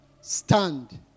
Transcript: Stand